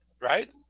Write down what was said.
right